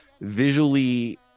visually